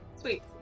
Sweet